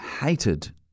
hated